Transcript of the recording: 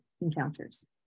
encounters